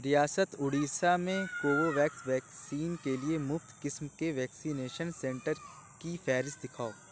ریاست اڈیشہ میں Covovax vaccine کے لیے مفت قسم کے ویکسینیشن سنٹر کی فہرست دکھاؤ